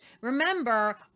Remember